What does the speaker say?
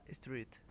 street